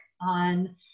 on